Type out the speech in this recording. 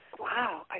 Wow